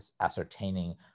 ascertaining